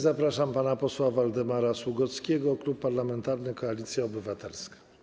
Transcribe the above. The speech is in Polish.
Zapraszam pana posła Waldemara Sługockiego, Klub Parlamentarny Koalicja Obywatelska.